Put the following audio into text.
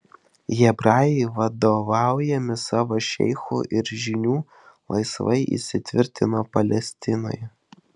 hebrajai vadovaujami savo šeichų ir žynių laisvai įsitvirtino palestinoje